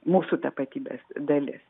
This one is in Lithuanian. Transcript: mūsų tapatybės dalis